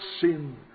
sin